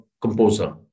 composer